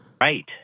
Right